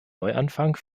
neuanfang